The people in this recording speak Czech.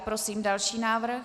Prosím další návrh.